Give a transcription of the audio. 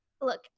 Look